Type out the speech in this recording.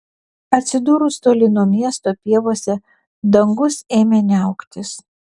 atsidūrus toli nuo miesto pievose dangus ėmė niauktis